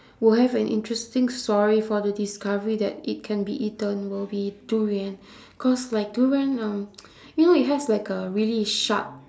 will have an interesting story for the discovery that it can be eaten will be durian cause like durian um you know it has like a really sharp